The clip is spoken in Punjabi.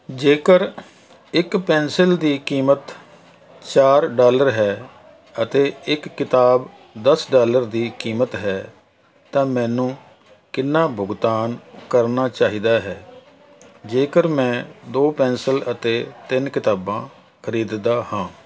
ਜੇਕਰ ਇੱਕ ਪੈਨਸਿਲ ਦੀ ਕੀਮਤ ਚਾਰ ਡਾਲਰ ਹੈ ਅਤੇ ਇੱਕ ਕਿਤਾਬ ਦਸ ਡਾਲਰ ਦੀ ਕੀਮਤ ਹੈ ਤਾਂ ਮੈਨੂੰ ਕਿੰਨਾ ਭੁਗਤਾਨ ਕਰਨਾ ਚਾਹੀਦਾ ਹੈ ਜੇਕਰ ਮੈਂ ਦੋ ਪੈਨਸਿਲ ਅਤੇ ਤਿੰਨ ਕਿਤਾਬਾਂ ਖਰੀਦਦਾ ਹਾਂ